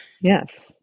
Yes